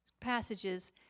passages